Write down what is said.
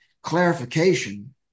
clarification